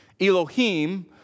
Elohim